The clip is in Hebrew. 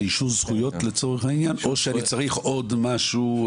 זה אישור זכויות לצורך העניין או שאני צריך עוד משהו,